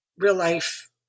real-life